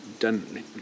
done